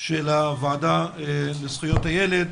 של הוועדה לזכויות הילד,